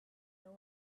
know